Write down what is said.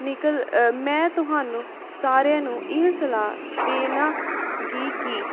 ਨਿਕਲ ਮੈਂ ਤੁਹਾਨੂੰ ਸਾਰਿਆਂ ਨੂੰ ਇਹ ਸਲਾਹ ਦੇਵਾਂਗੀ ਕਿ